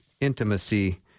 intimacy